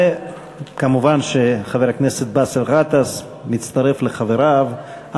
ומובן שחבר הכנסת באסל גטאס מצטרף לחבריו,